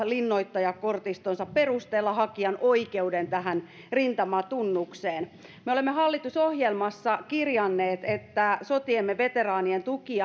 linnoittajakortistonsa perusteella hakijan oikeuden tähän rintamatunnukseen me olemme hallitusohjelmassa kirjanneet että sotiemme veteraanien tuki